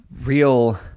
real